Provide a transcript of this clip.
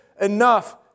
enough